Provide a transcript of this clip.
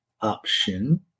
option